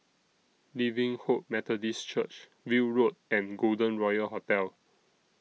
Living Hope Methodist Church View Road and Golden Royal Hotel